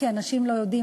כי אנשים לא יודעים.